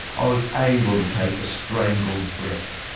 i was able to take a strangled breath.